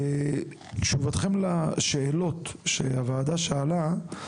בתשובתכם לשאלות שהוועדה שאלה,